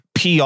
PR